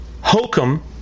Holcomb